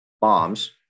bombs